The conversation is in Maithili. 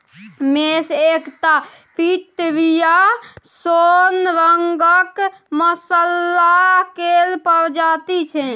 मेस एकटा पितरिया सोन रंगक मसल्ला केर प्रजाति छै